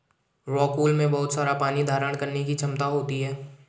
rockwool में बहुत सारा पानी धारण करने की क्षमता होती है